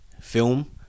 film